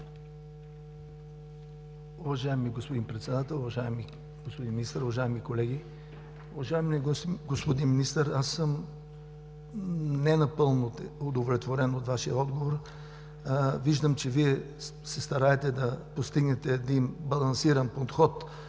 Уважаеми господин Председател, уважаеми господин Министър, уважаеми колеги! Уважаеми господин Министър, аз съм ненапълно удовлетворен от Вашия отговор. Виждам, че Вие се стараете да постигнете един балансиран подход